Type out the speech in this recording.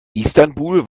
istanbul